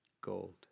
gold